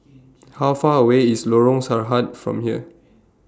How Far away IS Lorong Sarhad from here